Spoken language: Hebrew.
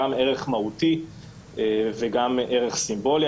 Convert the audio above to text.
גם ערך מהותי וגם ערך סימבולי.